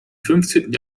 fünfzehnten